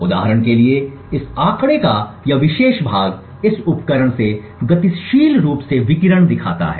उदाहरण के लिए इस आंकड़े का यह विशेष भाग इस उपकरण से गतिशील रूप से विकिरण दिखाता है